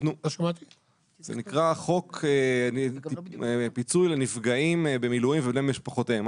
זה נקרא חוק פיצוי לנפגעים במילואים ולבני משפחותיהם.